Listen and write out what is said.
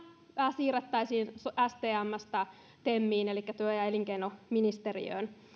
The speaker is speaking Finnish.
siirrettäisiin stmstä temiin elikkä työ ja elinkeinoministeriöön